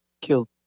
killed